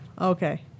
okay